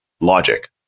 logic